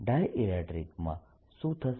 ડાયઈલેક્ટ્રીકમાં શું થશે